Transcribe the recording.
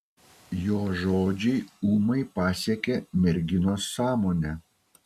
jo žodžiai ūmai pasiekė merginos sąmonę